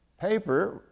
paper